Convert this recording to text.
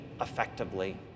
effectively